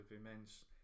immense